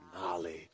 knowledge